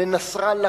לנסראללה,